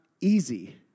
easy